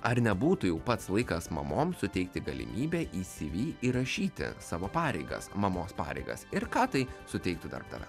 ar nebūtų jau pats laikas mamoms suteikti galimybę į si vi įrašyti savo pareigas mamos pareigas ir ką tai suteiktų darbdaviam